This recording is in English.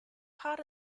part